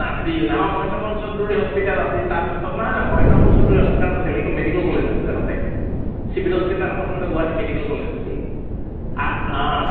নাছিল আমাৰ মহেন্দ্ৰ মোহন চৌধুৰী হস্পিতেল আছিল তাৰপিছত নহয় নহয় মহেন্দ্ৰ মোহন চৌধুৰী হস্পিতেল নাছিল সেইখন মেডিকেল কলেজ আছিল আগতে চিভিল হস্পিতেলখন প্ৰথমতে গুৱাহাটী মেডিকেল কলেজ আছিল আ